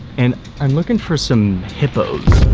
and i'm looking for some hippos.